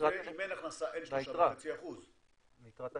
שזה אם אין הכנסה אין 3.5%. מיתרת הנכסים.